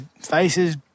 faces